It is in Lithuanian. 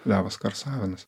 levas karsavinas